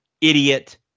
idiot